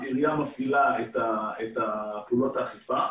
העירייה מפעילה את פעולות האכיפה,